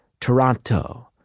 Toronto